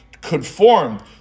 conformed